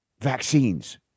vaccines